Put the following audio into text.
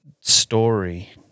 story